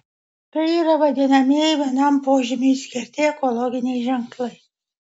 tai yra vadinamieji vienam požymiui skirti ekologiniai ženklai